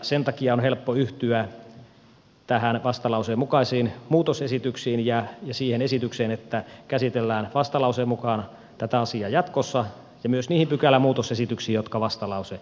sen takia on helppo yhtyä näihin vastalauseen mukaisiin muutosesityksiin ja siihen esitykseen että käsitellään vastalauseen mukaan tätä asiaa jatkossa ja myös niihin pykälänmuutosesityksiin jotka vastalause sisältää